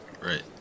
Right